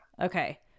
okay